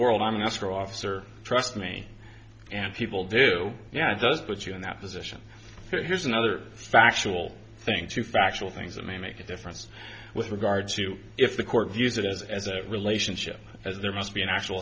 world i'm an escrow officer trust me and people do yeah it does put you in that position but here's another factual thing to factual things that may make a difference with regard to if the court views it as as a relationship as there must be an actual